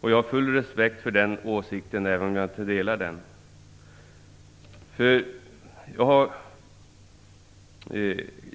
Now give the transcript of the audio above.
Jag har full respekt för den åsikten även om jag inte delar den.